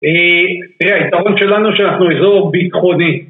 תראה, ההיתרון שלנו שאנחנו אזור ביטחוני.